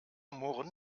murren